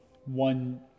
one